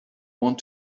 want